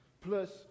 plus